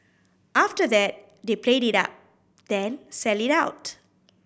after that they play it up then sell it out